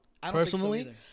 personally